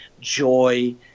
joy